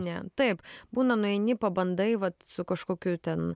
ne taip būna nueini pabandai vat su kažkokiu ten